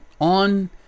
on